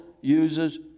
uses